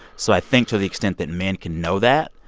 so i think to the extent that men can know that,